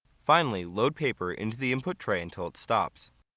finally, load paper into the input tray until it stops.